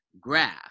graph